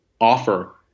offer